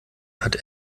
hat